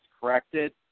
corrected